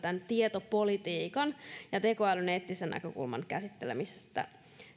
tietopolitiikan ja tekoälyn eettisen näkökulman käsittelemistä